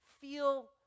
feel